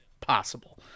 possible